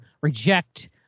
reject